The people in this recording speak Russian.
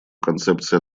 концепция